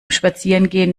spazierengehen